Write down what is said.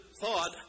thought